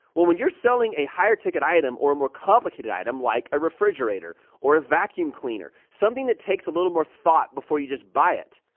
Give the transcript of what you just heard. well when you're selling a higher ticket item or a more complicated item like a refrigerator or a vacuum cleaner, something that takes a little more thought before you just buy it,